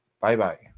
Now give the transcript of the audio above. Bye-bye